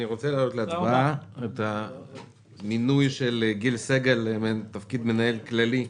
אני רוצה להעלות להצבעה את המינוי של גיל סגל לתפקיד המנהל הכללי לכנסת,